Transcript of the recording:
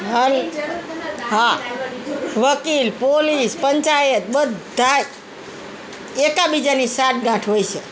હાલ હા વકીલ પોલીસ પંચાયત બધાય એકબીજાની સાંઠગાંઠ હોય છે